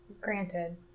granted